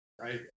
right